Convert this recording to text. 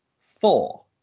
four